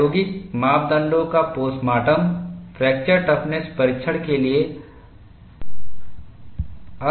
प्रायोगिक मापदंडों का पोस्टमार्टम फ्रैक्चर टफ़्नस परीक्षण के लिए अद्वितीय है